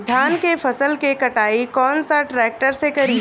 धान के फसल के कटाई कौन सा ट्रैक्टर से करी?